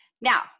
Now